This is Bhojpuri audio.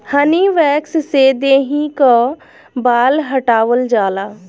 हनी वैक्स से देहि कअ बाल हटावल जाला